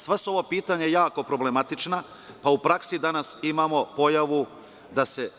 Sva su ova pitanja jako problematična, pa u praksi danas imamo pojavu da se